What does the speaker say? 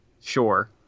Sure